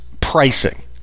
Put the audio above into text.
pricing